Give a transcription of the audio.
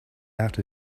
out